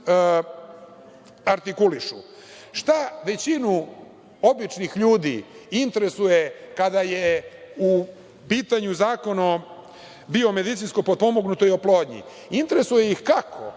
većinu običnih ljudi interesuje kada je u pitanju Zakon o biomedicinsko potpomognutoj oplodnji?